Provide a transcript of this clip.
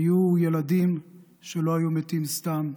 היו ילדים שלא היו מתים סתם,